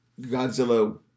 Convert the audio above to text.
Godzilla